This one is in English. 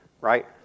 right